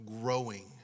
growing